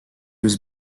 was